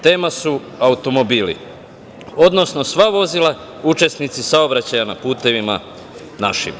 Tema su automobili, odnosno sva vozila učesnici saobraćaja na putevima našim.